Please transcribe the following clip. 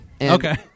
Okay